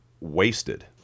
Wasted